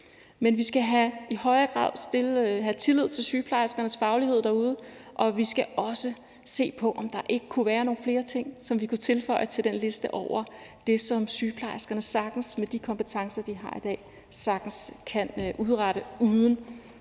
Men vi skal i højere grad have tillid til sygeplejerskernes faglighed derude, og vi skal også se på, om der ikke kunne være nogle flere ting, som vi kunne tilføje til den liste over det, som sygeplejerskerne med de kompetencer, de har i dag, sagtens kan udrette uden